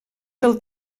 del